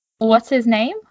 What's-his-name